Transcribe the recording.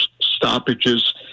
stoppages